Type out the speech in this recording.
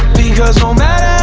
because no matter